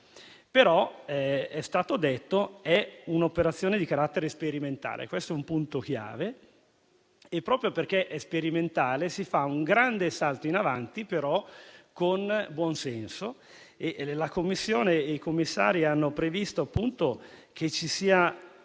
È stato detto che è un'operazione di carattere sperimentale - questo è un punto chiave - e proprio perché è sperimentale si fa un grande salto in avanti, però con buon senso. La Commissione e i commissari hanno previsto che ci sia da parte